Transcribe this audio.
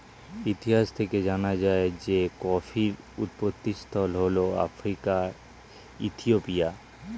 ইতিহাস থেকে জানা যায় যে কফির উৎপত্তিস্থল হল আফ্রিকার ইথিওপিয়া